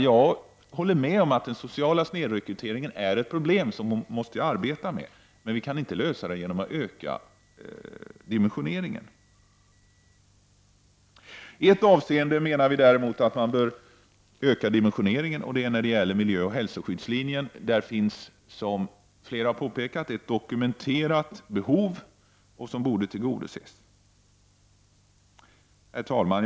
Jag håller med om att den sociala snedrekryteringen är ett problem som vi måste arbeta med, men vi kan inte lösa frågan genom att öka dimensioneringen. I ett avseende menar vi dock att man bör öka dimensioneringen, och det är när det gäller miljöoch hälsoskyddslinjen. Där finns, som flera redan påpekat, ett dokumenterat behov som borde tillgodoses. Herr talman!